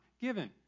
given